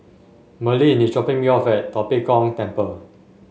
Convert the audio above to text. Merlyn is dropping me off at Tua Pek Kong Temple